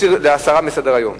להסרה מסדר-היום.